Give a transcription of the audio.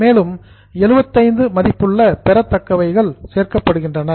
மேலும் 75 மதிப்புள்ள பெறத்தக்கவைகள் சேர்க்கப்படுகின்றன